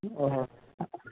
ও হ্যাঁ